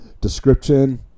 description